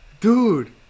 dude